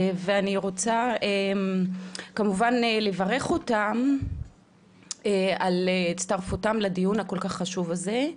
ואני רוצה כמובן לברך אותם על הצטרפותם לדיון הכל כך חשוב הזה,